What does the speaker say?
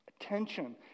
attention